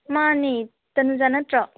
ꯃꯥꯅꯦ ꯇꯅꯨꯖꯥ ꯅꯠꯇ꯭ꯔꯣ